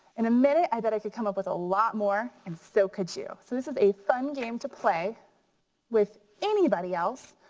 in a minute i bet i could come up with a lot more and so could you. so this is a fun game to play with anybody else,